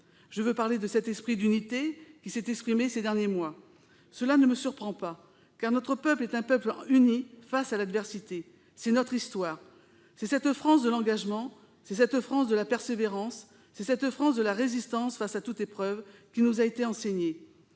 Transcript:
Je veux parler de cet esprit d'unité qui s'est exprimé ces derniers mois. Cela ne me surprend pas, car notre peuple est un peuple uni face à l'adversité. C'est notre histoire, c'est cette France de l'engagement, c'est cette France de la persévérance, c'est cette France de la Résistance face à toute épreuve, qui nous a été enseignée.